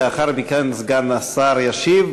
ולאחר מכן סגן השר ישיב.